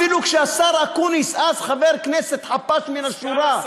אפילו כשהשר אקוניס, אז חבר כנסת, חפ"ש מן השורה,